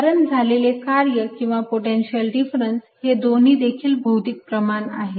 कारण झालेले कार्य किंवा पोटेन्शियल डिफरन्स हे दोन्ही देखील भौतिक प्रमाण आहेत